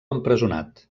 empresonat